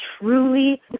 truly